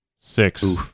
Six